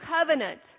covenant